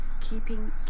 keeping